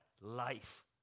Life